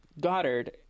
Goddard